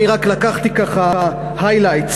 אני רק לקחתי ככה highlights,